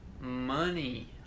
money